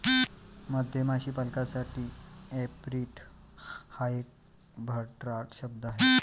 मधमाशी पालकासाठी ऍपेरिट हा एक भन्नाट शब्द आहे